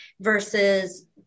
versus